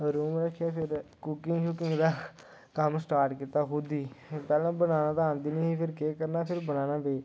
room रक्खेआ फिर cooking शुकिंग दा कम्म स्टार्ट कीता खुद ही पैह्लें बनाना तां आंदी निं ही केह् करना फिर बनाना पेई